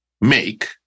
make